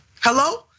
Hello